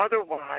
Otherwise